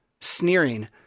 sneering